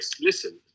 listen